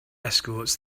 escorts